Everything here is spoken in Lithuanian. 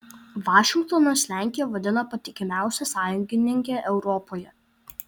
vašingtonas lenkiją vadina patikimiausia sąjungininke europoje